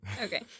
okay